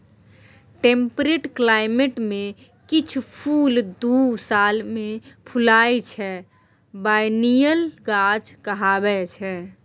temperate climate मे किछ फुल दु साल मे फुलाइ छै बायनियल गाछ कहाबै छै